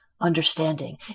understanding